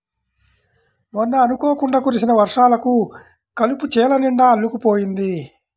మొన్న అనుకోకుండా కురిసిన వర్షాలకు కలుపు చేలనిండా అల్లుకుపోయింది